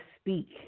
speak